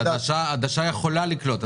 העדשה יכולה לקלוט,